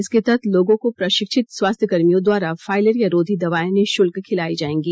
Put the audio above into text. इसके तहत लोगों को प्रशिक्षित स्वास्थ्यकर्मियों द्वारा फाइलेरिया रोधी दवाएं निःशुल्क खिलाई जाएंगी